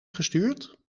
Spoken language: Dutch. gestuurd